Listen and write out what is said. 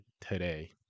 today